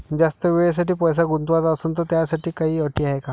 जास्त वेळेसाठी पैसा गुंतवाचा असनं त त्याच्यासाठी काही अटी हाय?